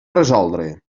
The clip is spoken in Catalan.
resoldre